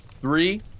Three